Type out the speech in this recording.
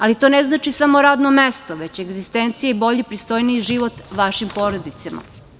Ali to ne znači samo radno mesto, već egzistencija i bolji i pristojniji život vašim porodicama.